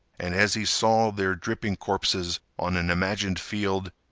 and as he saw their dripping corpses on an imagined field,